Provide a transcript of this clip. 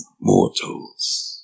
Mortals